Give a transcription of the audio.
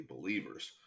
believers